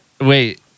Wait